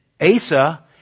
Asa